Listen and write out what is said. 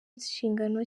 inshingano